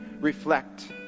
reflect